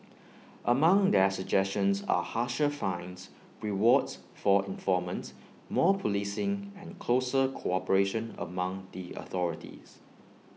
among their suggestions are harsher fines rewards for informants more policing and closer cooperation among the authorities